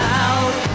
out